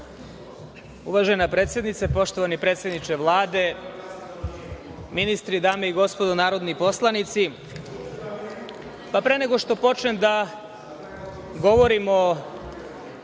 Uvažena predsednice, poštovani predsedniče Vlade, ministri, dame i gospodo narodni poslanici, pre nego što počnem da govorim o